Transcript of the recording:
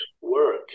work